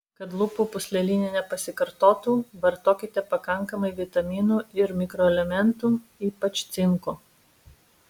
kad lūpų pūslelinė nepasikartotų vartokite pakankamai vitaminų ir mikroelementų ypač cinko